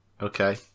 Okay